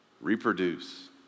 reproduce